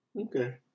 Okay